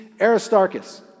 Aristarchus